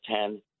ten